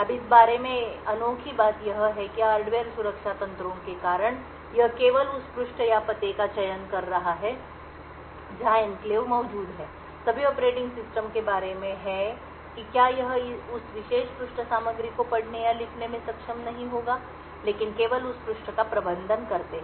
अब इस बारे में अनोखी बात यह है कि हार्डवेयर सुरक्षा तंत्रों के कारण यह केवल उस पृष्ठ या पते का चयन कर रहा है जहाँ एन्क्लेव मौजूद है सभी ऑपरेटिंग सिस्टम के बारे में है कि क्या यह उस विशेष पृष्ठ सामग्री को पढ़ने या लिखने में सक्षम नहीं होगा लेकिन केवल उस पृष्ठ का प्रबंधन करते हैं